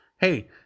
Hey